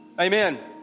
Amen